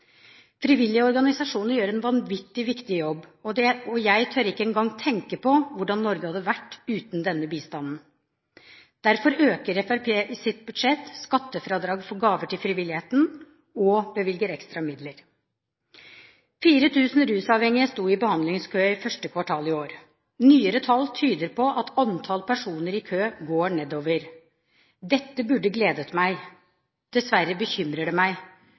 Frivillige organisasjoner gjør en vanvittig viktig jobb, og jeg tør ikke engang tenke på hvordan Norge hadde vært uten denne bistanden. Derfor øker Fremskrittspartiet i sitt budsjett skattefradrag for gaver til frivilligheten og bevilger ekstra midler. 4 000 rusavhengige sto i behandlingskø i første kvartal i år. Nyere tall tyder på at antallet personer i kø går nedover. Dette burde gledet meg. Dessverre bekymrer det meg,